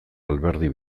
alberdi